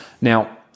Now